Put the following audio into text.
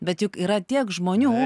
bet juk yra tiek žmonių